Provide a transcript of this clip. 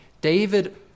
David